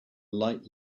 light